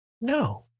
No